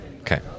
Okay